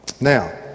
Now